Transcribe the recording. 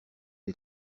les